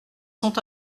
sont